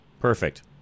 perfect